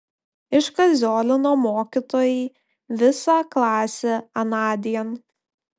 iškaziolino mokytojai visą klasę anądien